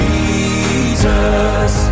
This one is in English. Jesus